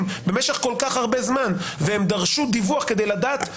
במשך כל כך הרבה זמן והם דרשו דיווח כדי לדעת,